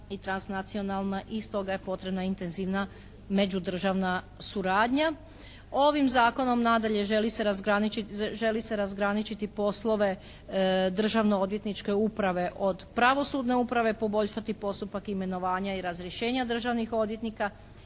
i transnacionalna i stoga je potrebna intenzivna međudržavna suradnja. Ovim zakonom nadalje želi se razgraničiti poslove državnoodvjetničke uprave od pravosudne uprave, poboljšati postupak imenovanja i razrješenja državnih odvjetnika,